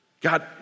God